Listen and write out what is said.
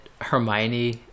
Hermione